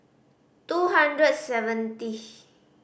two hundred seventy